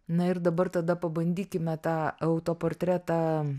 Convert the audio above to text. na ir dabar tada pabandykime tą autoportretą